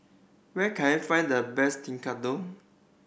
where can I find the best Tekkadon